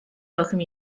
welcome